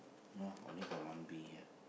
only got one bee ya